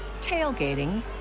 tailgating